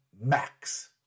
Max